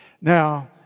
Now